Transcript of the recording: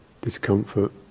discomfort